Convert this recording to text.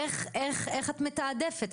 איך את מתעדפת?